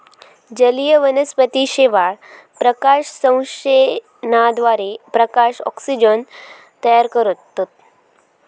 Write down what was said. जलीय वनस्पती शेवाळ, प्रकाशसंश्लेषणाद्वारे प्रकाशात ऑक्सिजन तयार करतत